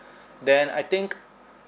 then I think